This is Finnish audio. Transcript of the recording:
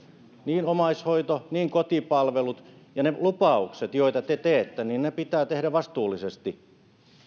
niin omaishoito niin kotipalvelut ja ne lupaukset joita te teette pitää tehdä vastuullisesti